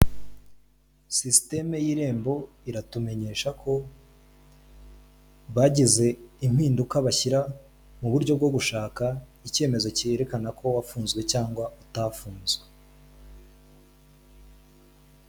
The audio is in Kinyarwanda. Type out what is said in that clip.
Siysteme y'irembo iratumenyesha ko bagize impinduka bashyira mu buryo bwo gushaka icyemezo cyerekana ko wafunzwe cyangwa utafunze.